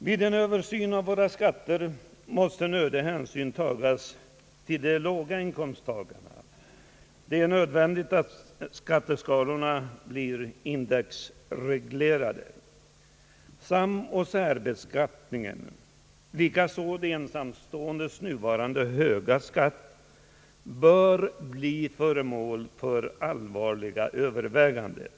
Vid en översyn av våra skatter måste nödig hänsyn tas till de låga inkomsttagarna. Det är nödvändigt att skatteskalorna = blir - indexreglerade. Samoch särbeskattningen samt de ensamståendes nuvarande höga skatt bör bli föremål för allvarliga överväganden.